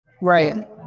right